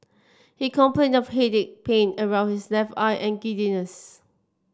he complained of headache pain around his left eye and giddiness